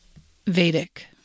Vedic